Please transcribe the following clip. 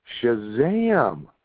shazam